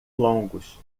longos